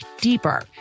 deeper